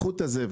קחו את הזבל.